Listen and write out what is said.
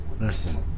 listen